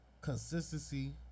consistency